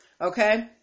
Okay